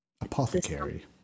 Apothecary